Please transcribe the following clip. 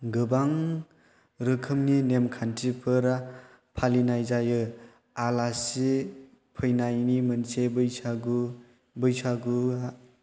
गोबां रोखोमनि नेम खान्थिफोराव फालिनाय जायो आलासि फैनायनि मोनसे बैसागुआ